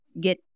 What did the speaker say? get